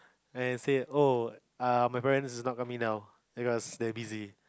and I said oh uh my parents is not coming down because they busy